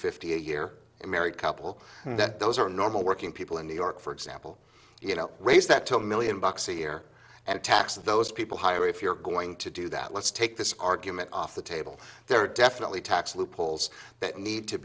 fifty a year a married couple those are normal working people in new york for example you know raise that two million bucks a year and tax those people higher if you're going to do that let's take this argument off the table there are definitely tax loopholes that need to